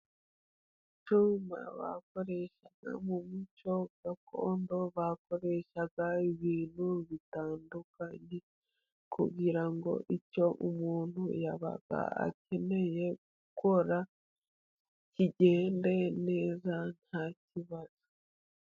Mu muco gakondo bakoreshaga ibintu bitandukanye, kugira ngo icyo umuntu yabaga akeneye gukora, kigende neza nta kibazo.